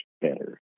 better